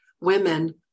women